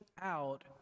out